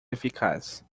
eficaz